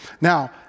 Now